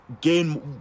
gain